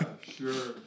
sure